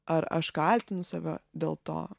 ar aš kaltinu save dėl to